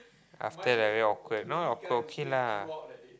after that like very awkward now awkward okay lah